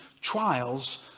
trials